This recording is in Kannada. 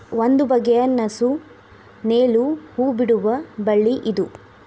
ಒಂದು ಬಗೆಯ ನಸು ನೇಲು ಹೂ ಬಿಡುವ ಬಳ್ಳಿ ಇದು